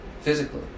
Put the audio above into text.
physically